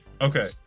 Okay